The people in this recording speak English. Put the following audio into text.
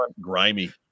grimy